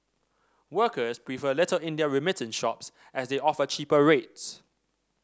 workers prefer Little India remittance shops as they offer cheaper rates